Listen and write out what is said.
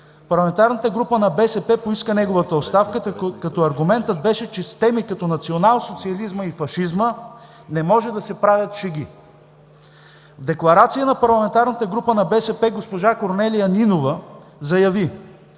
парламентарната група на БСП поиска неговата оставка, като аргументът беше, че с теми като националсоциализма и фашизма не може да се правят шеги. В декларация на парламентарната група на БСП госпожа Корнелия Нинова заяви: